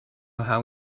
how